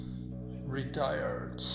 retired